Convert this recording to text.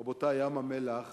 רבותי, ים-המלח